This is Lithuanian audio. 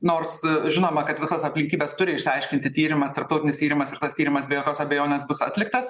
nors žinoma kad visas aplinkybes turi išsiaiškinti tyrimas tarptautinis tyrimas ir tas tyrimas be jokios abejonės bus atliktas